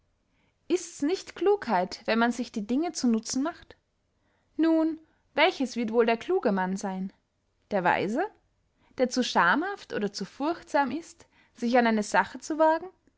ists nicht klugheit wenn man sich die dinge zu nutzen macht nun welches wird wohl der kluge mann seyn der weise der zu schamhaft oder zu furchtsam ist sich an eine sache zu wagen